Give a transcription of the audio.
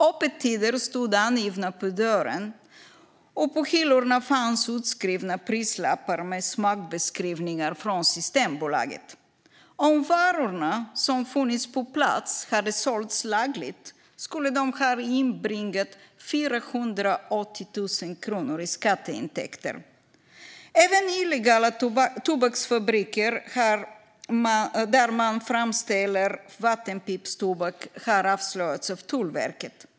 Öppettider stod angivna på dörren, och på hyllorna fanns utskrivna prislappar med smakbeskrivningar från Systembolaget. Om varorna som fanns på plats hade sålts lagligt skulle de ha inbringat 480 000 kronor i skatteintäkter. Även illegala tobaksfabriker där man framställer vattenpipstobak har avslöjats av Tullverket.